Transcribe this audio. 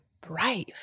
brave